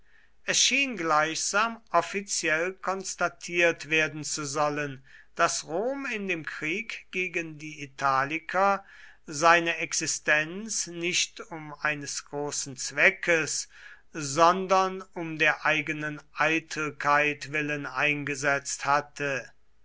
schien gleichsam offiziell konstatiert werden zu sollen daß rom in dem krieg gegen die italiker seine existenz nicht um eines großen zweckes sondern um der eigenen eitelkeit willen eingesetzt hatte